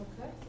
Okay